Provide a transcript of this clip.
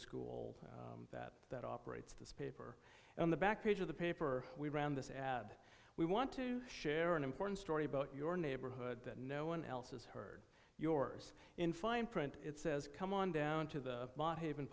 school that that operates this paper on the back page of the paper we ran this ad we want to share an important story about your neighborhood that no one else has heard yours in fine print it says come on down to the bot haven